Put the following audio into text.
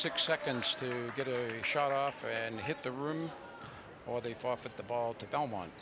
six seconds to get a shot off and hit the room or they forfeit the ball to belmont